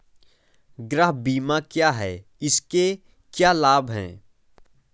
गृह बीमा क्या है इसके क्या लाभ हैं?